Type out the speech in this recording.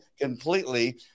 completely